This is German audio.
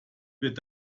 wird